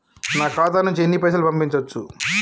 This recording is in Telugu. నా ఖాతా నుంచి ఎన్ని పైసలు పంపించచ్చు?